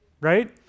right